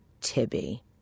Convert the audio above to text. Tibby